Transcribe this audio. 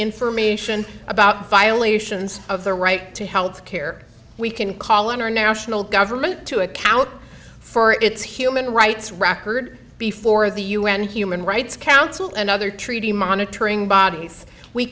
information about violations of the right to health care we can call on our national government to account for its human rights record before the un human rights council and other treaty monitoring bodies we